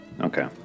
Okay